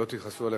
שלא תכעסו עלי,